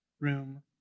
room